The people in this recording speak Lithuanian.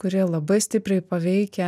kuri labai stipriai paveikia